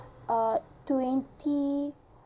uh twenty